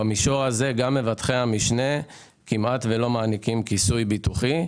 מבטחי המשנה כמעט ולא מעניקים כיסוי ביטוחי.